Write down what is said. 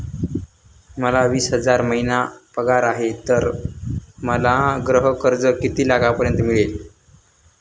मला वीस हजार महिना पगार आहे तर मला गृह कर्ज किती लाखांपर्यंत मिळेल?